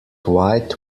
white